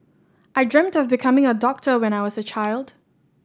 I dreamt of becoming a doctor when I was a child